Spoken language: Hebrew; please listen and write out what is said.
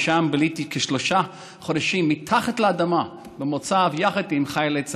ושם ביליתי כשלושה חודשים מתחת לאדמה במוצב יחד עם חיילי צד"ל.